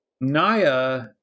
Naya